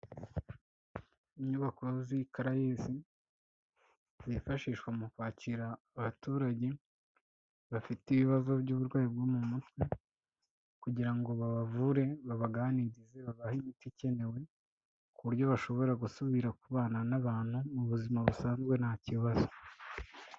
Inyubako z'i karayesi zifashishwa mu kwakira abaturage bafite ibibazo by'uburwayi bwo mu mutwe kugira ngo babavure, babaganize, babahe imiti ikenewe, ku buryo bashobora gusubira kubana n'abantu mu buzima busanzwe nta kibazo.